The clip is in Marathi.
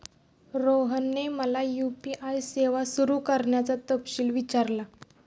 रोहनने मला यू.पी.आय सेवा सुरू करण्याचा तपशील विचारला